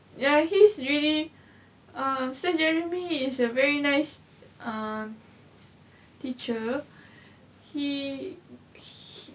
ya he's really err sir jeremy is a very nice uh teacher he